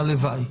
הלוואי.